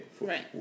Right